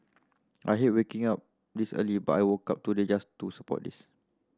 I hate waking up this early but I woke up today just to support this